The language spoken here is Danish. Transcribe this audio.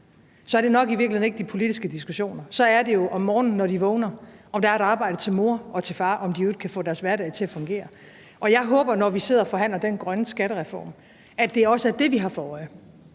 så er det i virkeligheden nok ikke de politiske diskussioner; så er det jo, om der, når de vågner om morgenen, er et arbejde til mor og til far, og om de i øvrigt kan få deres hverdag til at fungere. Jeg håber, at det, når vi sidder og forhandler den grønne skattereform, også er det, vi har for øje.